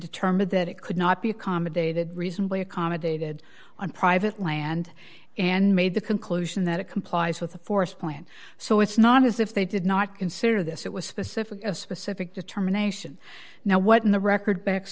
determined that it could not be accommodated reasonably accommodated on private land and made the conclusion that it complies with the forest plan so it's not as if they did not consider this it was specific a specific determination now what in the record backs